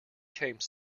came